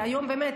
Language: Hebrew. היום באמת,